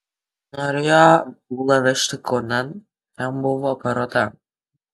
norėjo ūlą vežti kaunan ten buvo paroda